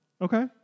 Okay